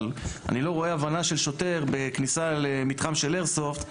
אבל אני לא רואה הבנה של שוטר בכניסה למתחם של איירסופט.